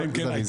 אלא אם כן,